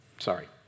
sorry